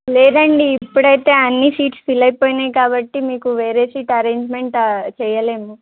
లేదండి ఇప్పుడైతే అన్ని సీట్స్ ఫిల్ అయిపోయాయి కాబట్టి మీకు వేరే సీట్ అరేంజ్మెంట్ చెయలేము